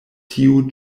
tiu